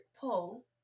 pull